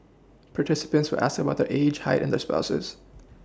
participants were asked about their age height and their spouses